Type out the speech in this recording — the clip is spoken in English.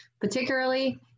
particularly